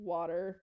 Water